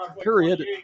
period